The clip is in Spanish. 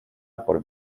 por